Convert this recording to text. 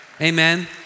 Amen